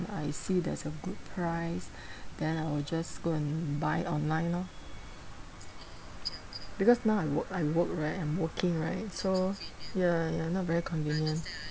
I see there's a good price then I will just go and buy online lor because now I work I work right I'm working right so ya ya not very convenient